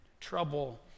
trouble